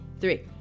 three